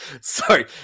Sorry